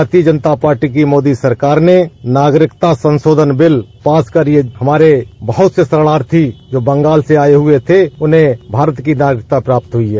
भारतीय जनता पार्टी की मोदी सरकार ने नागरिकता संशोधन बिल पास कर यह हमारे बहुत से शरणार्थी जो बंगाल से आये हुए थे उन्हें भारत की नागरिकता प्राप्त हुई है